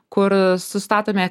kur sustatome